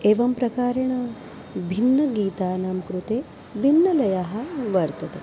एवं प्रकारेण भिन्नगीतानां कृते भिन्नलयः वर्तते